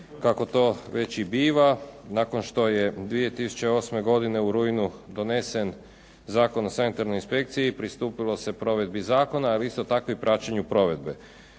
kako to već i biva, nakon što je 2008. godine u rujnu donesen Zakon o sanitarnoj inspekciji pristupilo se provedbi zakona, ali isto tako i praćenju provedbe.